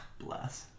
bless